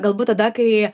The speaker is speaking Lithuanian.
galbūt tada kai